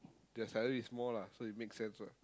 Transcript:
the salary is more lah so it make sense lah